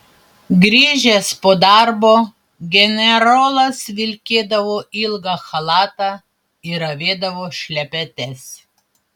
grįžęs po darbo generolas vilkėdavo ilgą chalatą ir avėdavo šlepetes